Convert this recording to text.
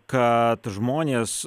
kad žmonės